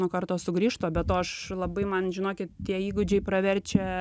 nuo karto sugrįžtu be to aš labai man žinokit tie įgūdžiai praverčia